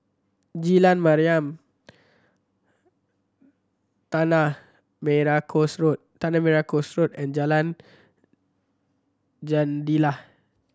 Jalan Mariam Tanah Merah Coast Road Tanah Merah Coast Road and Jalan Jendela